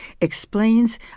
explains